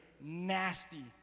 nasty